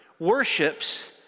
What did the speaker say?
worships